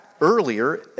earlier